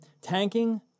Tanking